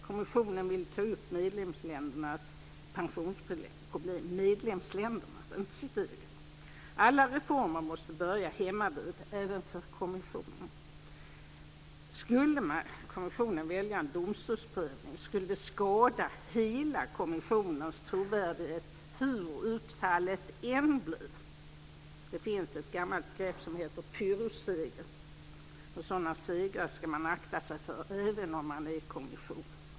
Kommissionen vill ta upp medlemsländernas pensionsproblem - medlemsländernas alltså, inte sitt eget. Alla reformer måste börja hemmavid, även för kommissionen. Skulle kommissionen välja en domstolsprövning skulle det skada hela kommissionens trovärdighet, hur utfallet än blir. Det finns ett gammalt begrepp som kallas pyrrhusseger, och sådana segrar ska man akta sig för, även om man är en kommission.